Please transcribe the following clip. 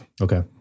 Okay